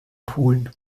polen